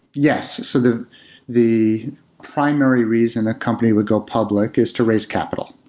yes. so the the primary reason that company would go public is to raise capital,